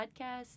podcast